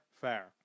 fair